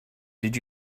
did